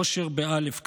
אושר באל"ף,